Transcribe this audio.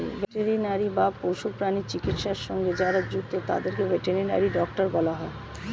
veterinary বা পশু প্রাণী চিকিৎসা সঙ্গে যারা যুক্ত তাদের ভেটেরিনারি ডক্টর বলা হয়